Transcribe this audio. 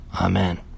Amen